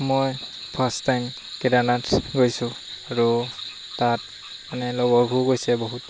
মই first time Kedarnath গৈছোঁ আৰু তাত মানে লগৰবোৰো গৈছে বহুত